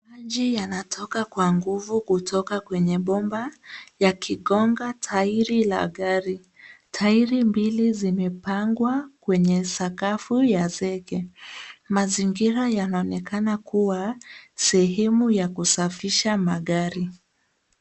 Maji yanatoka kwa nguvu kutoka kwenye bomba yakigonga tairi la gari. Tairi mbili zimepangwa kwenye sakafu ya zege. Mazingira yanaonekana kuwa sehemu ya kusafisha magari.